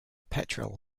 petrel